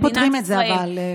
איך פותרים את זה, אבל?